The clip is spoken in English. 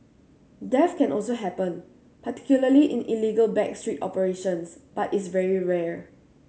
death can also happen particularly in illegal back street operations but is very rare